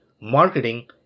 marketing